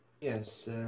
Yes